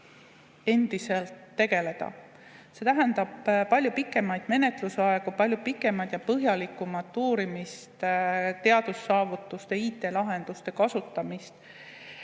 endiselt tegeleda. See tähendab palju pikemaid menetlusaegu, palju pikemat ja põhjalikumat uurimist, teadussaavutuste ja IT-lahenduste kasutamist.